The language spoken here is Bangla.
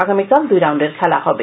আগামীকাল দুই রাউন্ডের খেলা হবে